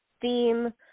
theme